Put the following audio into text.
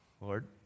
Lord